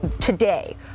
today